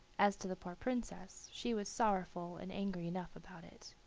as to the poor princess, she was sorrowful and angry enough about it.